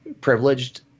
privileged